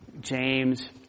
James